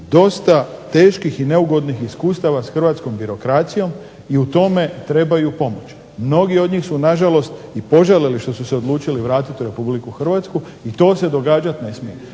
dosta teških i neugodnih iskustava s hrvatskom birokracijom i u tome trebaju pomoć. Mnogi od njih su nažalost i požalili što su se odlučili vratiti u RH i to se događat ne smije.